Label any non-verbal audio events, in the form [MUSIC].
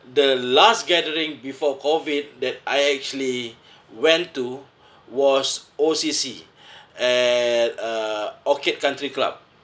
the last gathering before COVID that I actually went to was O_C_C [BREATH] at uh orchid country club